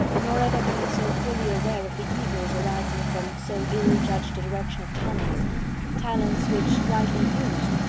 nor ever been so fully aware of the evils arising from so ill-judged a direction of talents talents, which, rightly used,